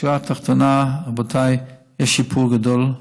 בשורה התחתונה, רבותיי, יש שיפור גדול.